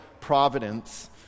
providence